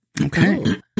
Okay